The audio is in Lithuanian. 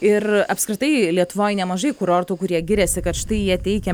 ir apskritai lietuvoj nemažai kurortų kurie giriasi kad štai jie teikia